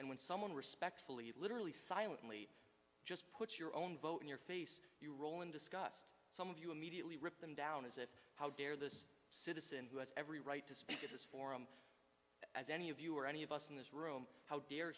and when someone respectfully literally silently just puts your own vote in your face you roll in disgust some of you immediately rip them down as if how dare this citizen who has every right to speak at his forum as any of you or any of us in this room how dar